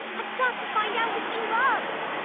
i've got to find out what he loves!